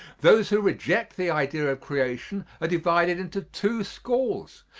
those who reject the idea of creation are divided into two schools,